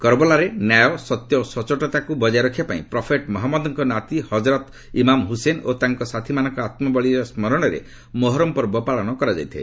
କରବଲାରେ ନ୍ୟାୟ ସତ୍ୟ ଓ ସଚ୍ଚୋଟତାକୁ ବଜାୟ ରଖିବା ପାଇଁ ପ୍ରଫେଟ୍ ମହମ୍ମଦଙ୍କ ନାତି ହଜରତ ଇମାମ ହୁସେନ ଓ ତାଙ୍କ ସାଥୀମାନଙ୍କର ଆତ୍ମବଳୀର ସ୍କରଣରେ ମୋହରମ ପର୍ବ ପାଳନ କରାଯାଇଥାଏ